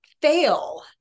fail